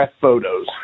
Photos